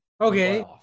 Okay